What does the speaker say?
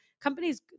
companies